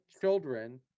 children